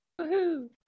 woohoo